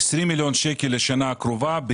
20 מיליון שקל לשנה הקרובה.